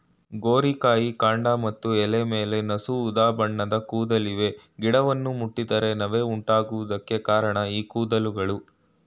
ಗೋರಿಕಾಯಿ ಕಾಂಡ ಮತ್ತು ಎಲೆ ಮೇಲೆ ನಸು ಉದಾಬಣ್ಣದ ಕೂದಲಿವೆ ಗಿಡವನ್ನು ಮುಟ್ಟಿದರೆ ನವೆ ಉಂಟಾಗುವುದಕ್ಕೆ ಕಾರಣ ಈ ಕೂದಲುಗಳು